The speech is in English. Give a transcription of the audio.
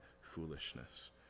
foolishness